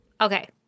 Okay